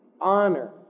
honor